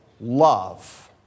love